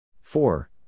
Four